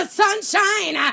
sunshine